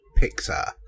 Pixar